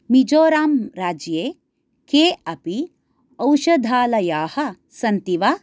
मिज़ोरंराज्ये के अपि औषधालयाः सन्ति वा